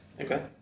Okay